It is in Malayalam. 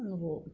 അങ്ങ് പോവും